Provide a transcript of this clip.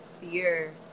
fear